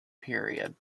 period